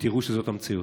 ותראו שזאת המציאות.